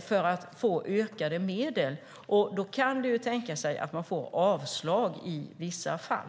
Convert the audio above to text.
för att få ökade medel. Då kan det tänkas att man får avslag i vissa fall.